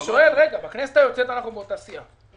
אני שואל, הרי בכנסת היוצאת אנחנו באותה סיעה,